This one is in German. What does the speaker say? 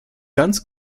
ganz